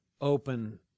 open